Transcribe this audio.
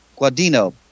Guadino